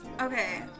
Okay